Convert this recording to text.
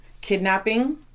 kidnapping